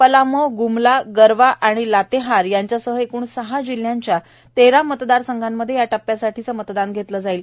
पलामो ग्मला गरवा आणि लातेहार यांच्यासह एकूण सहा जिल्ह्यांच्या तेरा मतदारसंघांमध्ये या टप्प्यासाठी मतदान घेतलं जाणार आहे